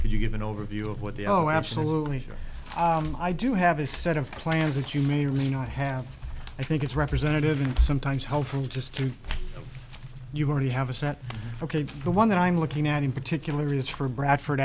would you give an overview of what the oh absolutely i do have a set of plans that you may or may not have i think it's representative and sometimes helpful just to you already have a set ok the one that i'm looking at in particular is for bradford